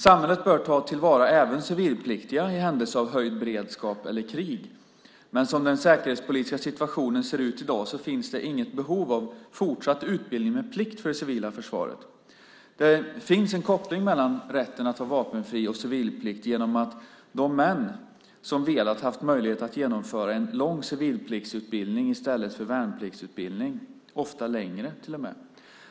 Samhället bör ta till vara även civilpliktiga i händelse av höjd beredskap eller krig, men som den säkerhetspolitiska situationen ser ut i dag finns det inget behov av fortsatt utbildning med plikt för det civila försvaret. Det finns en koppling mellan rätten att ha vapenfri och civil plikt genom att de män som velat har haft möjlighet att genomföra en lång civilpliktsutbildning i stället för värnpliktsutbildningen - ofta till och med längre.